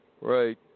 Right